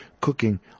cooking